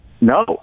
No